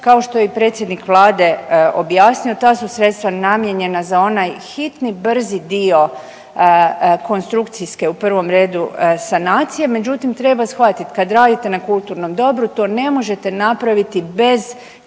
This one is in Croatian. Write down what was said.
Kao što je i predsjednik vlade objasnio, ta su sredstva namijenjena za onaj hitni brzi dio konstrukcijske u prvom redu sanacije. Međutim, treba shvatit kad radite na kulturnom dobru to ne možete napraviti bez